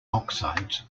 oxides